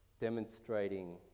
demonstrating